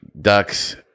Ducks